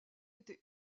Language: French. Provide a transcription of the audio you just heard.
été